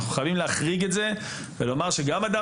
אנחנו חייבים להחריג את זה ולומר שגם אדם